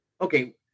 Okay